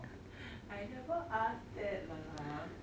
I never ask that lah